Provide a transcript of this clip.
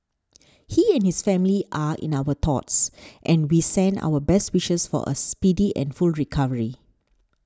he and his family are in our thoughts and we send our best wishes for a speedy and full recovery